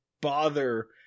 bother